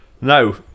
No